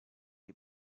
est